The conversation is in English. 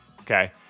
Okay